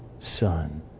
Son